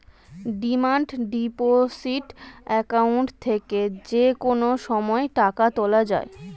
demand deposit account থেকে যে কোনো সময় টাকা তোলা যায়